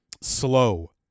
slow